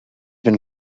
been